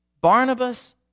Barnabas